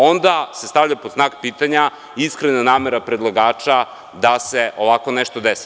Onda se stavlja pod znak pitanja iskrena namera predlagača da se ovako nešto desi.